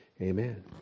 Amen